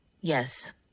Yes